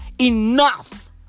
enough